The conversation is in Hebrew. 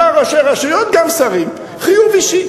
מה שראשי רשויות, גם שרים, חיוב אישי.